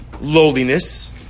lowliness